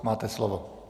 Máte slovo.